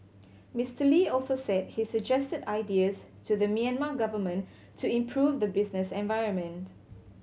Mister Lee also said he suggested ideas to the Myanmar government to improve the business environment